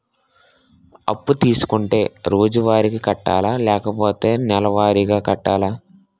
అప్పు తీసుకుంటే రోజువారిగా కట్టాలా? లేకపోతే నెలవారీగా కట్టాలా?